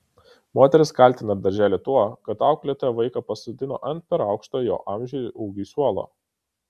moteris kaltina darželį tuo kad auklėtoja vaiką pasodino ant per aukšto jo amžiui ir ūgiui suolo